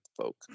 folk